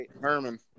Herman